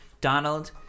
Donald